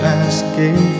asking